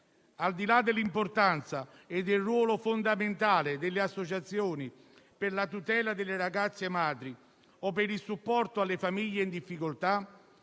Al di là dell'importanza e del ruolo fondamentale delle associazioni per la tutela delle ragazze madri o per il supporto alle famiglie in difficoltà,